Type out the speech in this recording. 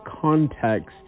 context